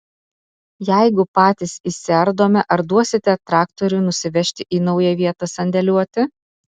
jeigu patys išsiardome ar duosite traktorių nusivežti į naują vietą sandėliuoti